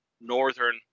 northern